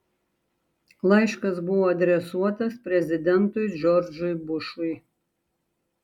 laiškas buvo adresuotas prezidentui džordžui bušui